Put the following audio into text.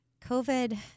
COVID